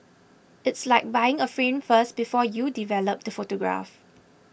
it's like buying a frame first before you develop the photograph